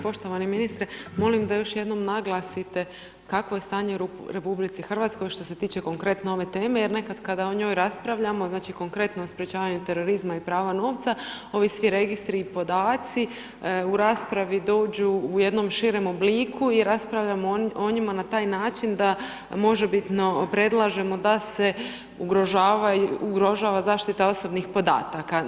Poštovani ministre, molim da još jednom naglasite kakvo je stanje u RH što se tiče konkretno ove teme jer nekad kad o njoj raspravljamo, znači, konkretno o sprečavanju terorizma i prava novca, ovi svi registri i podaci u raspravi dođu u jednom širem obliku i raspravljamo o njima na taj način da možebitno predlažemo da se ugrožava zaštita osobnih podataka.